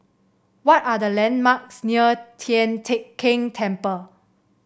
what are the landmarks near Tian Teck Keng Temple